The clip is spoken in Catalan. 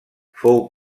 fou